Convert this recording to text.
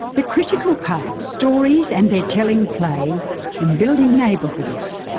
the critical part stories and their telling play in building neighbourhoods,